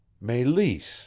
Melis